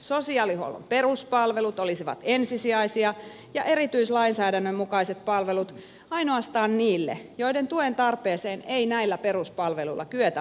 sosiaalihuollon peruspalvelut olisivat ensisijaisia ja erityislainsäädännön mukaiset palvelut ainoastaan niille joiden tuen tarpeeseen ei näillä peruspalveluilla kyetä vastaamaan